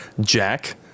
Jack